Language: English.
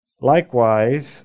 Likewise